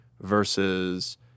versus